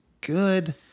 good